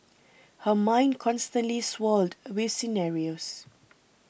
her mind constantly swirled with scenarios